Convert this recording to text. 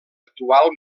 actual